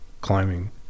climbing